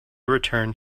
returned